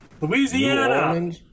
Louisiana